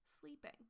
sleeping